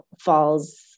falls